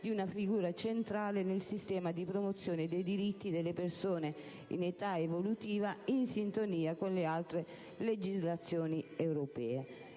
di una figura centrale nel sistema di promozione dei diritti delle persone in età evolutiva in sintonia con le altre legislazioni europee.